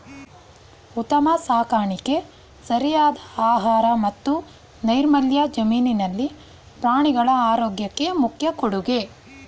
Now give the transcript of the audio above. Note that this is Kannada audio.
ಉತ್ತಮ ಸಾಕಾಣಿಕೆ ಸರಿಯಾದ ಆಹಾರ ಮತ್ತು ನೈರ್ಮಲ್ಯ ಜಮೀನಿನಲ್ಲಿ ಪ್ರಾಣಿಗಳ ಆರೋಗ್ಯಕ್ಕೆ ಮುಖ್ಯ ಕೊಡುಗೆ